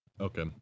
Okay